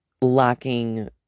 lacking